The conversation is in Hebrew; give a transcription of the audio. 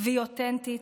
והיא אותנטית,